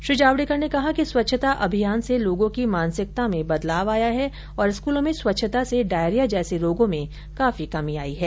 श्री जावडेकर ने कहा कि स्वच्छता अभियान से लोगों की मानसिकता में बदलाव आया है और स्कूलों में स्वच्छता से डायरिया जैसे रोगों में काफी कमी आयी है